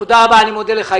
נציג השופטים,